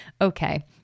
okay